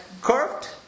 curved